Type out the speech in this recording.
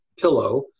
pillow